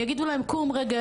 יגידו להם קום רגע,